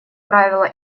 правило